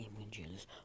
images